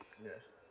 yes